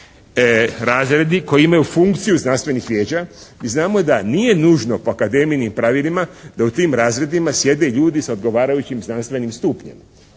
razredi koji imaju funkciju znanstvenih vijeća i znamo da nije nužno po akademijinim pravilima da u tim razredima sjede ljudi s odgovarajućim znanstvenim stupnjem,